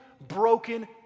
broken